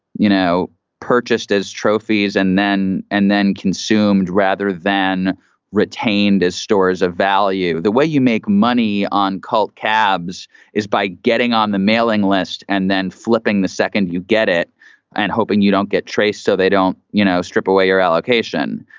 you know, purchased as trophies and then and then consumed rather than retained as stores of value, the way you make money on called cabs is by getting on the mailing list and then flipping the second you get it and hoping you don't get traced. so they don't, you know, strip away your allocation.